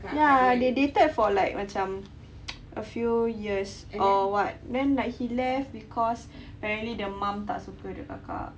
ya they dated for like macam a few years or what then he left because apparently the mum tak suka the kakak